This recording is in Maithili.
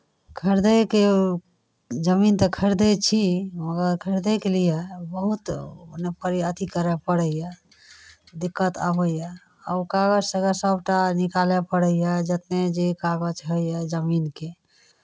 खरीदैके जमीन तऽ खरीदै छी मगर खरीदैके लिए बहुत ओहिमे करि अथी करय पड़ैए दिक्कत अबैए आओर कागज सभके सभटा निकालय पड़ैए जतने जे कागज होइए जमीनके